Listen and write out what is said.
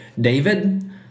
David